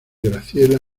graciela